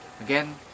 Again